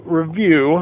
review